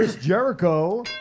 Jericho